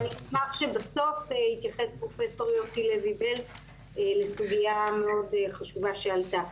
ואני אשמח שבסוף יתייחס פרופ' יוסי לוי בלז לסוגיה מאוד חשובה שעלתה.